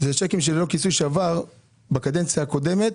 זה צ'קים שללא כיסוי שעבר בקדנציה הקודמת.